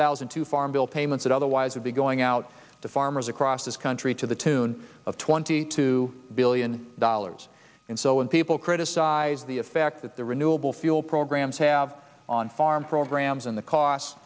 thousand two farm bill payments it otherwise would be going out to farmers across this country to the tune of twenty two billion dollars and so when people criticize the effect that the renewable fuel programs have on farm programs and the cost